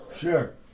Sure